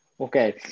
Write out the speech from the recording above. Okay